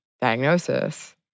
diagnosis